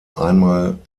einmal